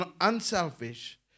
unselfish